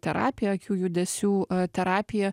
terapija akių judesių terapija